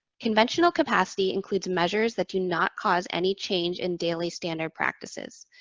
conventional capacity includes measures that do not cause any change in daily standard practices.